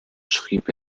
schrieb